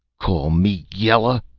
call me yella?